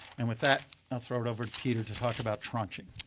and with that i'll throw it over to peter to talk about tranching.